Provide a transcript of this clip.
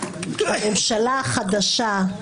הממשלה החדשה,